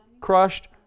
crushed